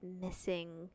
missing